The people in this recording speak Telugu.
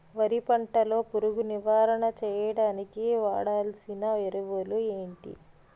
వరి పంట లో పురుగు నివారణ చేయడానికి వాడాల్సిన ఎరువులు ఏంటి?